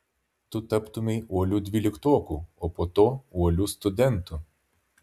tu taptumei uoliu dvyliktoku o po to uoliu studentu